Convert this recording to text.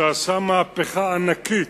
שעשה מהפכה ענקית